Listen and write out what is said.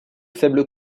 faible